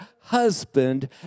husband